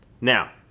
Now